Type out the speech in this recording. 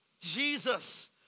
Jesus